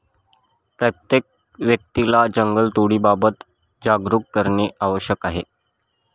प्रत्येक व्यक्तीला जंगलतोडीबाबत जागरूक करणे आवश्यक आहे